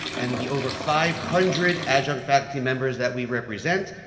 and the over five hundred adjunct faculty members that we represent,